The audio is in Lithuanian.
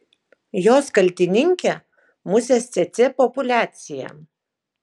jos kaltininkė musės cėcė populiacija